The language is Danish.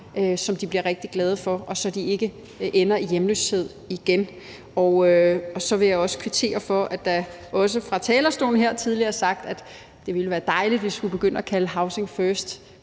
som de bliver rigtig glade for, så de ikke ender i hjemløshed igen. Så vil jeg også kvittere for, at der også fra talerstolen her tidligere er sagt, at det ville være dejligt, hvis vi kunne begynde at kalde housing first